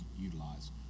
utilize